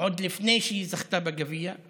עוד לפני שהיא זכתה בגביע,